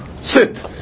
sit